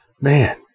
man